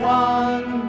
one